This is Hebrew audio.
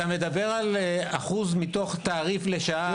אתה מדבר על אחוז מתוך תעריף לשעה.